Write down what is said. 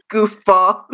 Goofball